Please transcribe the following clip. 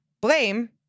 Blame